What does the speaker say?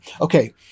Okay